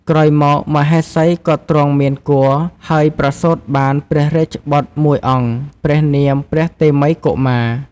ក្រោយមក មហេសីក៏ទ្រង់មានគភ៌ ហើយប្រសូតបានព្រះរាជបុត្រមួយអង្គ ព្រះនាម ព្រះតេមិយកុមារ។